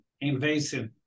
invasive